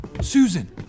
Susan